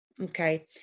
Okay